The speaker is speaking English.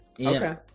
Okay